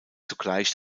zugleich